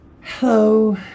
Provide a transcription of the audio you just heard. Hello